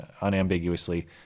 unambiguously